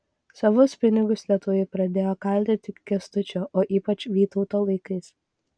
savus pinigus lietuviai pradėjo kalti tik kęstučio o ypač vytauto laikais